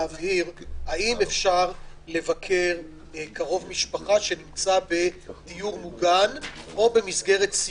להבהיר האם אפשר לבקר קרוב משפחה שנמצא בדיור מוגן או במסגרת סיעודית?